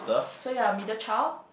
so you are middle child